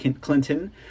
Clinton